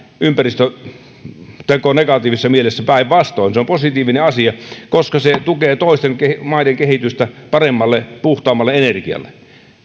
ympäristöteko negatiivisessa mielessä päinvastoin se on positiivinen asia koska se tukee toisten maiden kehitystä paremmalle puhtaammalle energialle